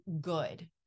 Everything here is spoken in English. good